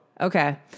Okay